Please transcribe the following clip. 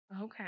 Okay